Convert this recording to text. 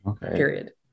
period